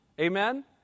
Amen